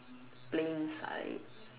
play inside